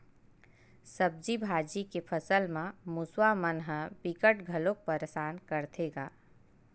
सब्जी भाजी के फसल म मूसवा मन ह बिकट घलोक परसान करथे गा